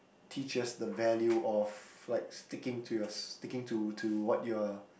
teach us the value of like sticking to your sticking to to what you are